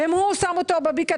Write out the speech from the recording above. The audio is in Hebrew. ואם הוא שם אותו בפקדון,